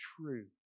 true